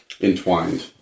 entwined